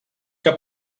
que